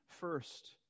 first